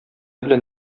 белән